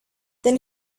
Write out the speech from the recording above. then